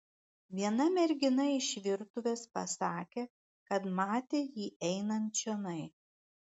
viena mergina iš virtuvės pasakė kad matė jį einant čionai